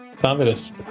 fabulous